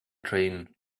train